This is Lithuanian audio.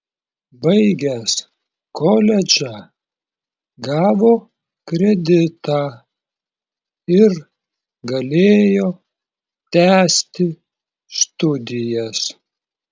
baigęs koledžą gavo kreditą ir galėjo tęsti studijas